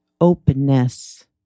openness